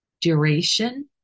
duration